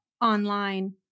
online